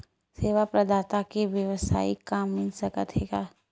सेवा प्रदाता के वेवसायिक काम मिल सकत हे का?